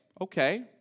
Okay